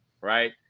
right